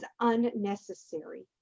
unnecessary